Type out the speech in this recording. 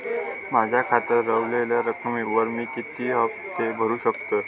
माझ्या खात्यात रव्हलेल्या रकमेवर मी किती हफ्ते भरू शकतय?